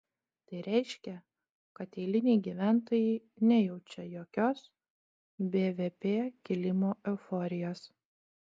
tai reiškia kad eiliniai gyventojai nejaučia jokios bvp kilimo euforijos